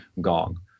Gong